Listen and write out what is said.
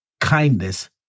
kindness